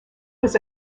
was